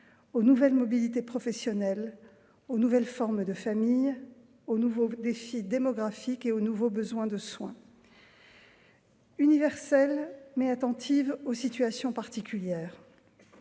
aux nouvelles mobilités professionnelles, aux nouvelles formes de famille, aux nouveaux défis démographiques et aux nouveaux besoins en matière de soins. Universelle mais attentive aux situations particulières,